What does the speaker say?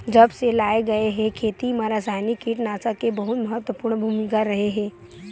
जब से लाए गए हे, खेती मा रासायनिक कीटनाशक के बहुत महत्वपूर्ण भूमिका रहे हे